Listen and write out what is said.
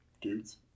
Dudes